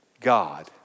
God